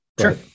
Sure